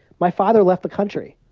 my father left the country.